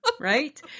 Right